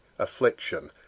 affliction